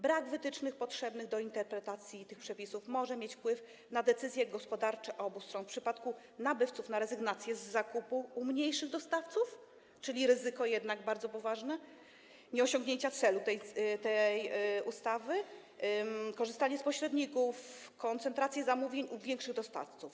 Brak wytycznych potrzebnych do interpretacji tych przepisów może mieć wpływ na decyzje gospodarcze obu stron: w przypadku nabywców na rezygnację z zakupu u mniejszych dostawców - czyli istnieje jednak bardzo poważne ryzyko nieosiągnięcia celu tej ustawy - korzystanie z pośredników, koncentrację zamówień u większych dostawców.